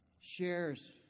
shares